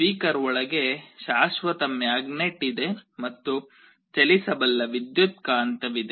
speaker ಒಳಗೆ ಶಾಶ್ವತ magnet ಇದೆ ಮತ್ತು ಚಲಿಸಬಲ್ಲ ವಿದ್ಯುತ್ಕಾಂತವಿದೆ